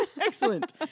Excellent